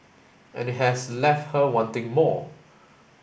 and it has left her wanting more